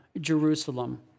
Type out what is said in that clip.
Jerusalem